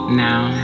now